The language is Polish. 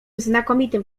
znakomitym